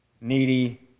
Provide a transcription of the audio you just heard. needy